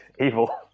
evil